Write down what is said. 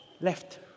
Left